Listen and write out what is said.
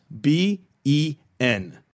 B-E-N